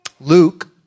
Luke